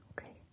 okay